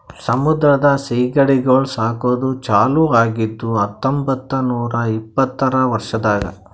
ಸಮುದ್ರದ ಸೀಗಡಿಗೊಳ್ ಸಾಕದ್ ಚಾಲೂ ಆಗಿದ್ದು ಹತೊಂಬತ್ತ ನೂರಾ ಇಪ್ಪತ್ತರ ವರ್ಷದಾಗ್